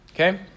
okay